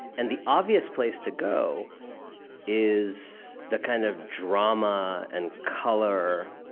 and the obvious place to go is the kind of drama and color